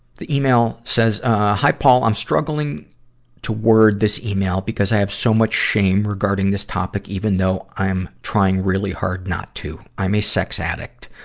the email says, ah, hi, paul. i'm struggling to word this email because i have so much shame regarding this topic, even though i am trying really hard not to. i'm a sex addict.